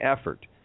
effort